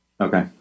Okay